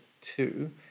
two